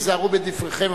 היזהרו בדבריכם,